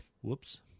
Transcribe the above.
Whoops